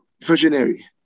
visionary